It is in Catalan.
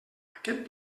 aquest